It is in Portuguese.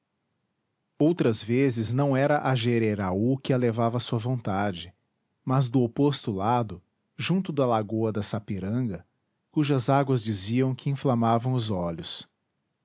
outras vezes não era a jereraú que a levava sua vontade mas do oposto lado junto da lagoa da sapiranga cujas águas diziam que inflamavam os olhos